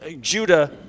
Judah